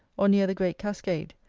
or near the great cascade,